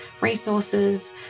resources